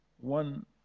one